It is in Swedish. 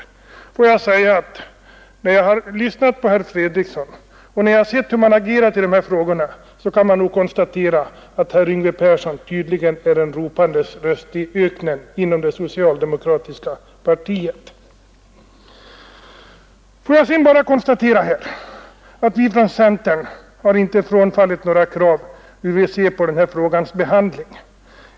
Efter att ha lyssnat till herr Fredriksson och sett hur han agerat i dessa frågor kan man nog säga att Yngve Persson är en ropandes röst i öknen inom det socialdemokratiska partiet. Jag vill sedan bara konstatera att vi från centern inte har fallit ifrån några av våra krav beträffande en sänkning av pensionsåldern.